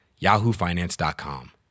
yahoofinance.com